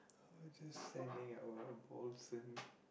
I was just sending our